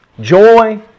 joy